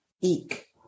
eek